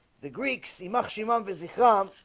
the greeks seem up. she remembers he come